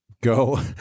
go